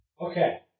Okay